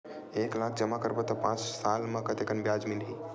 एक लाख जमा करबो त पांच साल म कतेकन ब्याज मिलही?